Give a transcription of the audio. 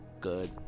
good